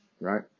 right